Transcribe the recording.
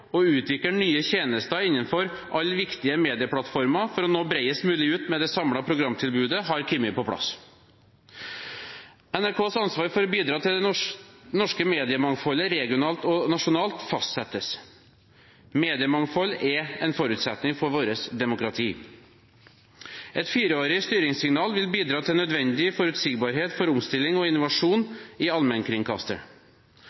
og utvikle nye tjenester innenfor alle viktige medieplattformer for å nå bredest mulig ut med det samlede programtilbudet, har kommet på plass. NRKs ansvar for å bidra til det norske mediemangfoldet regionalt og nasjonalt fastsettes. Mediemangfold er en forutsetning for vårt demokrati. Et fireårig styringssignal vil bidra til nødvendig forutsigbarhet for omstilling og